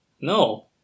No